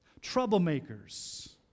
troublemakers